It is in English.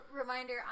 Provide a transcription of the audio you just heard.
Reminder